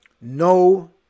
No